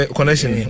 connection